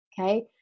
Okay